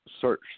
search